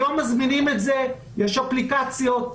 היום מזמינים את זה ויש אפליקציות.